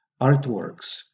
artworks